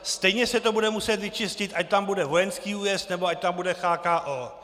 Stejně se to bude muset vyčistit, ať tam bude vojenský újezd, nebo ať tam bude CHKO.